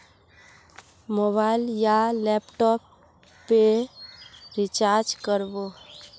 Mobile या laptop पेर recharge कर बो?